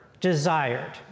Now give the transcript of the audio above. desired